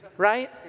right